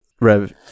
Rev